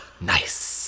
Nice